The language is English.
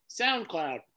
SoundCloud